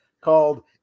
called